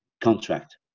contract